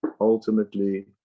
ultimately